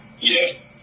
yes